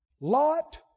Lot